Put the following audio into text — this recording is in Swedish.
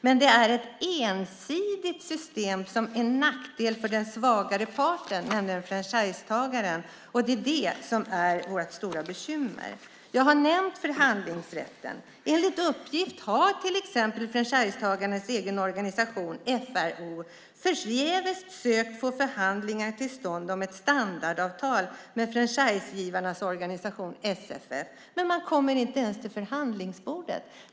Men det är ett ensidigt system som är till nackdel för den svagare parten, nämligen franchisetagaren, och det är det som är vårt stora bekymmer. Jag har nämnt förhandlingsrätten. Enligt uppgift har till exempel franchisetagarnas egen organisation FRO förgäves försökt få förhandlingar till stånd om ett standardavtal med franchisegivarnas organisation SFF. Men man kommer inte ens till förhandlingsbordet.